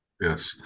yes